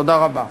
תודה רבה.